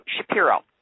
Shapiro